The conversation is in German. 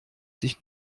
sich